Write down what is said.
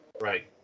Right